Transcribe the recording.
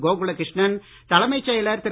கோகுல கிருஷ்ணன் தலைமைச் செயலர் திரு